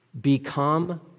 become